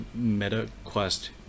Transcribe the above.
MetaQuest